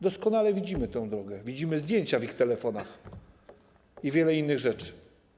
Doskonale widzimy tę drogę, widzimy zdjęcia w ich telefonach i wiele innych rzeczy.